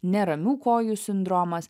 neramių kojų sindromas